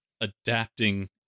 adapting